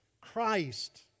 Christ